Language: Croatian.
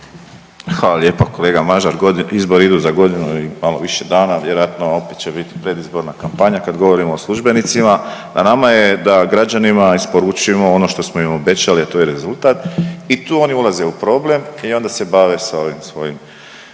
Hvala lijepa kolega Mažar. Izbori idu za godinu i malo više dana, vjerojatno će biti predizborna kampanja kad govorimo o službenicima na nama je da građanima isporučimo ono što smo im obećali, a to je rezultat i tu oni ulaze u problem i onda se bave s ovim svojim